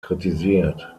kritisiert